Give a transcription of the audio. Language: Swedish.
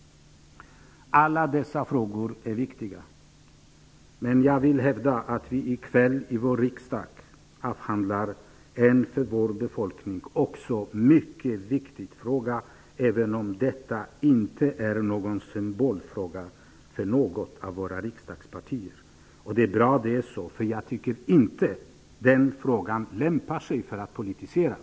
Alla dessa frågor är viktiga. Men jag vill hävda att vi i kväll i vår riksdag avhandlar en för vår befolkning också mycket viktig fråga, även om den inte är någon symbolfråga för något av våra riksdagspartier. Det är bra att det är så, för jag tycker inte att frågan lämpar sig för att politiseras.